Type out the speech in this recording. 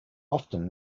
often